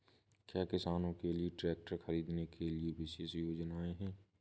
क्या किसानों के लिए ट्रैक्टर खरीदने के लिए विशेष योजनाएं हैं?